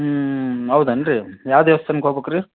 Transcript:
ಹ್ಞೂ ಹೌದೇನ್ ರೀ ಯಾವ ದೇವ್ಸ್ಥಾನಕ್ಕೆ ಹೊಗ್ಬೇಕ್ ರೀ